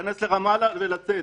להיכנס לרמאללה ולצאת.